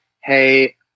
hey